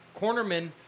cornerman